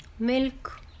milk